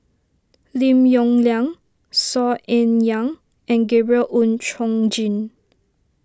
Lim Yong Liang Saw Ean Ang and Gabriel Oon Chong Jin